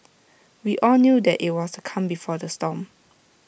we all knew that IT was the calm before the storm